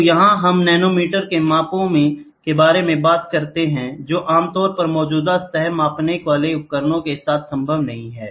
तो यहाँ हम नैनोमीटर में मापों के बारे में बात करते हैं जो आम तौर पर मौजूदा सतह मापने वाले उपकरणों के साथ संभव नहीं है